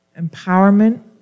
empowerment